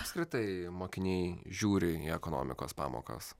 apskritai mokiniai žiūri į ekonomikos pamokas